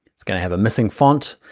it's gonna have a missing font.